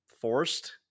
forced